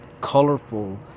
colorful